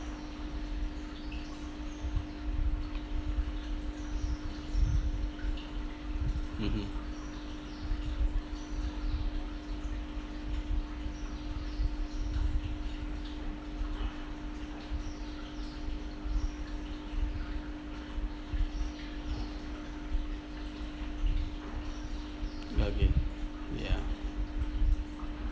mmhmm okay ya